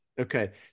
okay